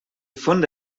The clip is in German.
funde